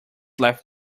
left